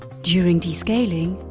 during descaling,